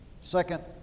Second